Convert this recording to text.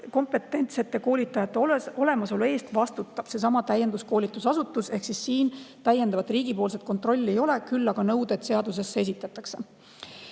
kompetentsete koolitajate olemasolu eest vastutab seesama täienduskoolitusasutus ehk siin täiendavat riigipoolset kontrolli ei ole, küll aga nõuded seaduses esitatakse.